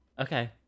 okay